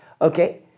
okay